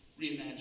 reimagine